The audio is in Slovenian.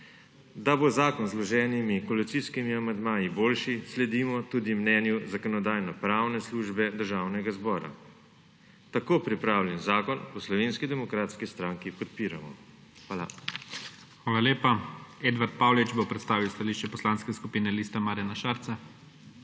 Da bo zakon z vloženimi koalicijskimi amandmaji boljši, sledimo tudi mnenju Zakonodajno-pravne službe Državnega zbora. Tako pripravljen zakon v Slovenski demokratski stranki podpiramo. Hvala. **PREDSEDNIK IGOR ZORČIČ:** Hvala lepa. Edvard Paulič bo predstavil stališče Poslanske skupine Liste Marjana Šarca.